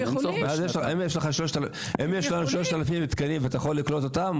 אם יש 3,000 תקנים ואתה יכול לקלוט אותם.